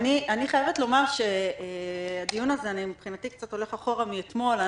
אני חייבת לומר שהדיון הזה מבחינתי קצת הולך אחורה מאתמול.